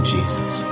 Jesus